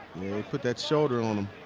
put that shoulder on him.